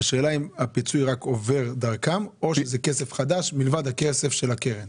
השאלה אם הפיצוי רק עובר דרכם או שזה כסף חדש מלבד הכסף של הקרן?